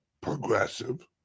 progressive